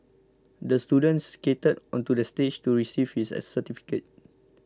the student skated onto the stage to receive his certificate